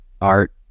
art